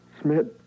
Smith